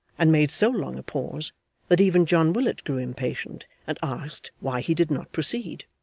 and made so long a pause that even john willet grew impatient and asked why he did not proceed.